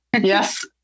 Yes